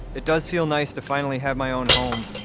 it does feel nice to finally have my own home.